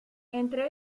entre